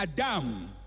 Adam